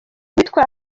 uwitwa